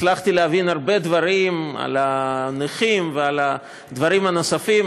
הצלחתי להבין הרבה דברים על הנכים ועל הדברים הנוספים,